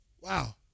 Wow